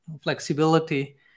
flexibility